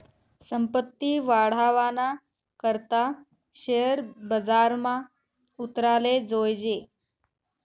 संपत्ती वाढावाना करता शेअर बजारमा उतराले जोयजे